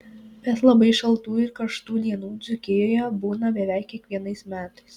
bet labai šaltų ir karštų dienų dzūkijoje būna beveik kiekvienais metais